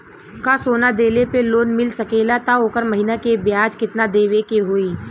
का सोना देले पे लोन मिल सकेला त ओकर महीना के ब्याज कितनादेवे के होई?